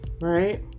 Right